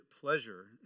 pleasure